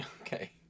Okay